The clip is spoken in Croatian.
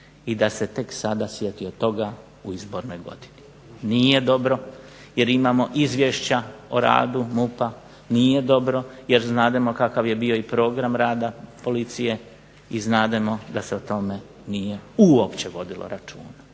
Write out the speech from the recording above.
i da se tek sada sjetio toga u izbornoj godini. Nije dobro jer imamo izvješća o radu MUP-a, nije dobro jer znademo kakav je bio i program rada policije i znademo da se o tome nije uopće vodilo računa,